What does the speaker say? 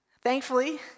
Thankfully